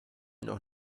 noch